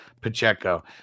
Pacheco